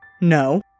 No